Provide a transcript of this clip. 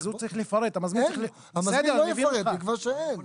המזמין לא יפרט, יקבע שאין.